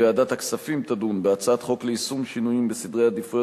ועדת הכספים תדון בהצעת חוק ליישום שינוי בסדרי עדיפויות